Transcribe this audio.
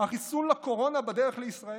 "'החיסון לקורונה בדרך לישראל'.